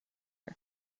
and